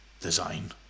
design